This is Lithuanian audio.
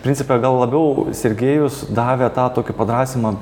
principe gal labiau sergejus davė tą tokį padrąsinimą